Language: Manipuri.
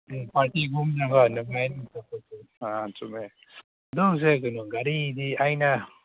ꯆꯨꯝꯃꯦ ꯑꯗꯨꯁꯦ ꯀꯩꯅꯣ ꯒꯥꯔꯤꯗꯤ ꯑꯩꯅ